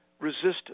resistance